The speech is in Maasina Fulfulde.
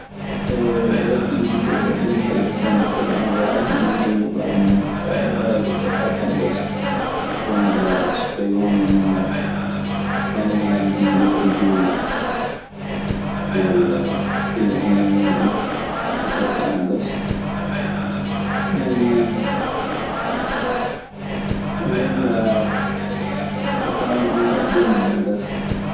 elektirisitee oo ka ɓuri heewde sembe. Sabi ana yaawi, yiite muuɗun ana mawni. So a heɓaayi, ko keɓɗaa fuu ana gasa. Jon kaa so tawii hono no panoŋaaji ɗii ngprri jooni nii. Walla ɗun e hono muuɗun, ko keɓɗaa ana gasa. Min kaa e faamu an kaa ɗun non ana gasa.